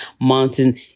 mountain